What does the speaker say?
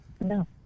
no